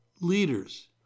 Leaders